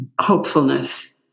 hopefulness